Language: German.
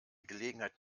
gelegenheit